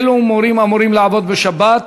אילו מורים אמורים לעבוד בשבת